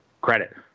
credit